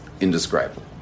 indescribable